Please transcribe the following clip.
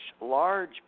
large